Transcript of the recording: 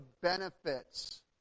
benefits